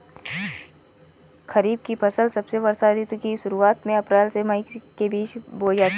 खरीफ की फसलें वर्षा ऋतु की शुरुआत में अप्रैल से मई के बीच बोई जाती हैं